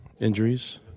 Injuries